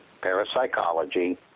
parapsychology